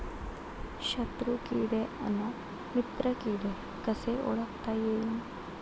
शत्रु किडे अन मित्र किडे कसे ओळखता येईन?